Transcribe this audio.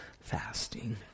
fasting